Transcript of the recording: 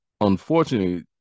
Unfortunately